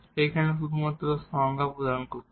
এখানে আমরা শুধু সংজ্ঞা প্রদান করছি